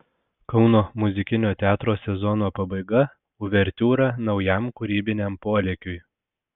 kauno muzikinio teatro sezono pabaiga uvertiūra naujam kūrybiniam polėkiui